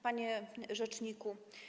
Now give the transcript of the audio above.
Panie Rzeczniku!